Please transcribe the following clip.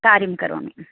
कार्यं करोमि